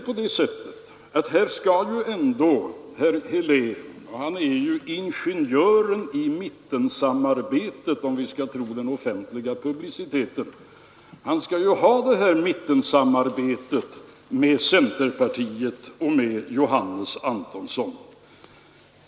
Herr Helén som är ingenjören i mittensamarbetet, om vi skall tro den offentliga publiciteten, skall ju ha detta mittensamarbete med centerpartiet och med Johannes Antonsson.